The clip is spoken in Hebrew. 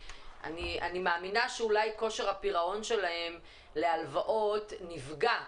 אני מאמינה שאולי כושר הפירעון שלהם להלוואות נפגע,